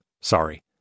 sorry